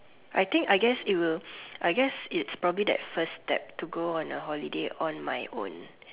I think I guess it will I guess it's probably that first steps to go on a holiday on my own